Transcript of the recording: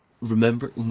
Remember